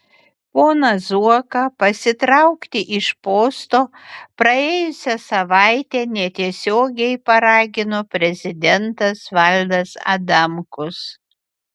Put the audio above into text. poną zuoką pasitraukti iš posto praėjusią savaitę netiesiogiai paragino prezidentas valdas adamkus